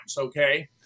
okay